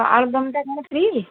ଆଳୁଦମଟା କ'ଣ ଫ୍ରୀ